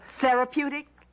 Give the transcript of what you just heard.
Therapeutic